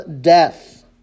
death